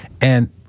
And-